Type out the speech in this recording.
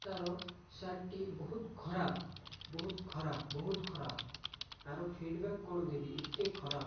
ତାର ସାର୍ଟଟି ବହୁତ ଖରାପ ବହୁତ ଖରାପ ବହୁତ ଖରାପ ଆର ଫିଡ଼ବ୍ୟାକ୍ କ'ଣ ଦେବି ଏତେ ଖରାପ